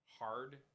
hard